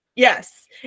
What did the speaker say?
Yes